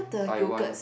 Taiwan